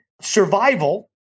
survival